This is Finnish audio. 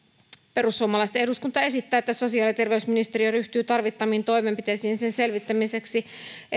perussuomalaisten eduskuntaryhmä esittää että sosiaali ja terveysministeriö ryhtyy tarvittaviin toimenpiteisiin sen selvittämiseksi